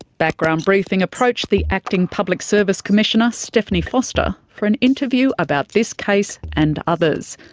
background briefing approached the acting public service commissioner stephanie foster for an interview about this case and others.